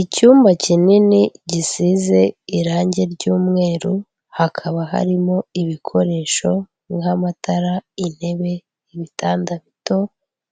Icyumba kinini gisize irangi ry'mweru, hakaba harimo ibikoresho nk'amatara, intebe, ibitanda bito,